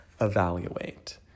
evaluate